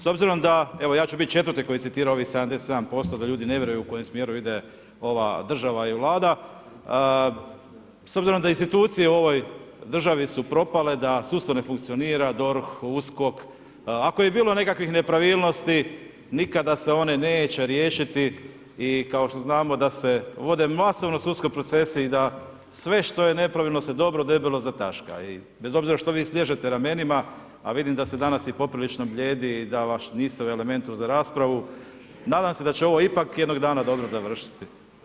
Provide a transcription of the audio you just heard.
S obzirom da, evo ja ću biti četvrti koji citira ovih 77% da ljudi ne vjeruju u kojem smjeru ide ova država i Vlada, s obzirom da institucije u ovoj državi su propale, da sustav ne funkcionira, DORH, USKOK, ako je i bilo nekakvih nepravilnosti nikada se one neće riješiti i kao što znamo da se vode masovni sudski procesi i da sve što je nepravilno se dobro debelo zataška i bez obzira što vi sliježete ramenima, a vidim da ste danas i poprilično blijedi i da baš niste u elementu za raspravu, nadam se da će ovo ipak jednog dana dobro završiti.